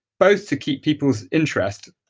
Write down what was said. both to keep people's interest,